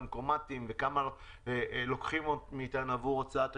כמה לוקחים מאיתנו עבור הוצאת הכסף,